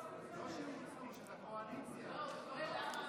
הוא שואל למה חברי הכנסת מהקואליציה לא פה.